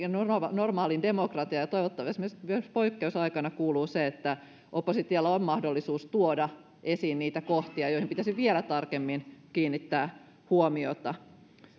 normaaliin demokratiaan toivottavasti myös myös poikkeusaikana kuuluu se että oppositiolla on mahdollisuus tuoda esiin niitä kohtia joihin pitäisi vielä tarkemmin kiinnittää huomiota